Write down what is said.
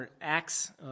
acts